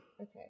Okay